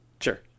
Sure